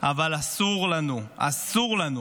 אבל אסור לנו, אסור לנו